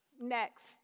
next